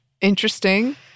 Interesting